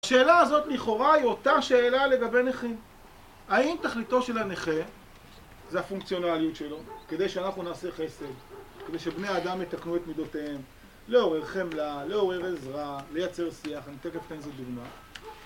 השאלה הזאת לכאורה היא אותה שאלה לגבי נכים. האם תכליתו של הנכה זה הפונקציונליות שלו, כדי שאנחנו נעשה חסד, כדי שבני האדם יתקנו את מידותיהם, לעורר חמלה, לעורר עזרה, לייצר שיח, אני תיכף אתן איזה דוגמה.